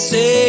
Say